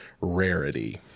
rarity